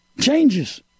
changes